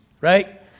right